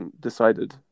decided